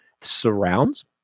surrounds